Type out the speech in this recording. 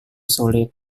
sulit